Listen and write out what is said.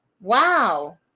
Wow